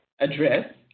address